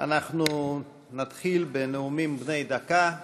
אנחנו נתחיל בנאומים בני דקה.